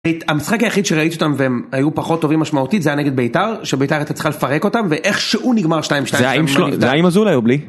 המשחק היחיד שראיתי אותם והם היו פחות טובים משמעותית זה היה נגד בית״ר שבית״ר אתה צריכה לפרק אותם ואיך שהוא נגמר 2-2 זה היה עם שלום, זה היה עם אזולאי או בלי